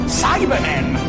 cybermen